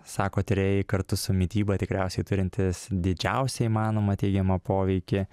sako tyrėjai kartu su mityba tikriausiai turintis didžiausią įmanomą teigiamą poveikį